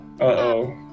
Uh-oh